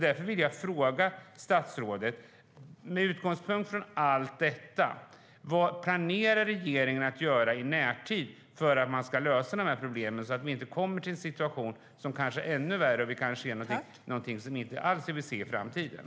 Därför vill jag fråga statsrådet: Med utgångspunkt i allt detta, vad planerar regeringen att göra i närtid för att lösa problemen så att vi inte kommer till en situation som kanske är ännu värre och som är någonting vi inte alls vill se i framtiden?